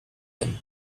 him